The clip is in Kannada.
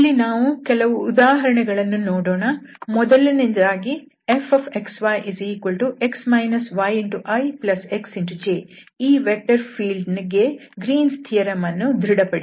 ಇಲ್ಲಿ ನಾವು ಕೆಲವು ಉದಾಹರಣೆಗಳನ್ನು ನೋಡೋಣ ಮೊದಲನೆಯದಾಗಿ Fxyx yixj ಈ ವೆಕ್ಟರ್ ಫೀಲ್ಡ್ ಗೆ ಗ್ರೀನ್ಸ್ ಥಿಯರಂ Green's theoremಅನ್ನು ದೃಢಪಡಿಸಿ